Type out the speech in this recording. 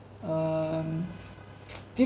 um different